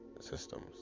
systems